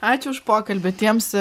ačiū už pokalbį tiems